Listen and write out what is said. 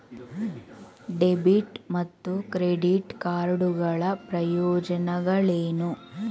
Debit ಮತ್ತು credit card ಗಳ ಪ್ರಯೋಜನಗಳೇನು?